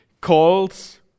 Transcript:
calls